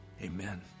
Amen